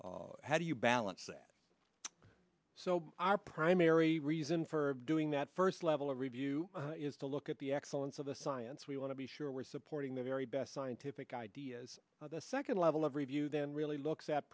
system how do you balance that so our primary reason for doing that first level of review is to look at the excellence of the science we want to be sure we're supporting the very best scientific ideas the second level of review then really looks at